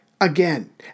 again